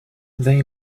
they